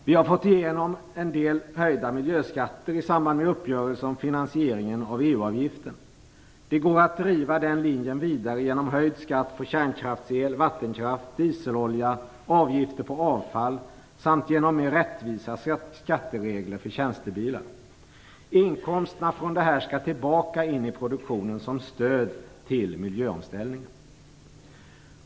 Vi har fått igenom en del höjda miljöskatter i samband med uppgörelsen om finansiering av EU avgiften. Det går att driva den linjen vidare genom höjd skatt på kärnkraftsel, vattenkraft, dieselolja, avgifter på avfall samt mer rättvisa skatteregler för tjänstebilar. Inkomsterna från detta skall tillbaka in i produktionen som stöd till miljöomställningen.